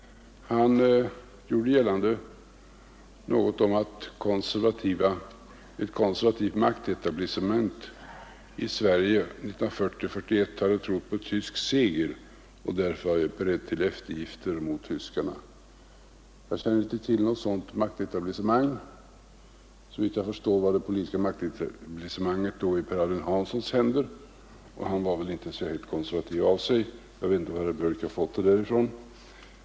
Han gjorde gällande att ett konservativt maktetablissemang i Sverige 1940-1941 hade trott på tysk seger och därför var berett till eftergifter gentemot tyskarna. Jag känner inte till något sådant maktetablissemang. Såvitt jag förstår var det politiska maktetablissemanget då i Per Albin Hanssons händer, och han var väl inte särskilt konservativ av sig. Jag vet inte varifrån herr Björk har fått det där.